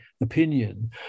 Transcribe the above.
opinion